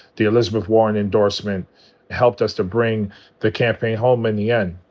the elizabeth warren endorsement helped us to bring the campaign home in the end.